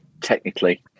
technically